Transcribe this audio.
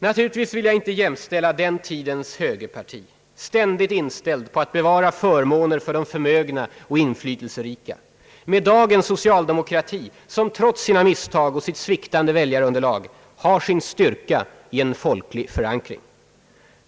Naturligtvis vill jag inte jämställa den tidens högerparti — ständigt inställt på att bevara förmåner för de förmögna och inflytelserika — med dagens socialdemokrati, som trots sina misstag och sitt sviktande väljarunderlag har sin styrka i en folklig förankring.